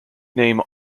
name